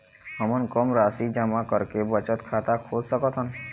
हमन कम राशि जमा करके बचत खाता खोल सकथन?